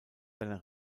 seiner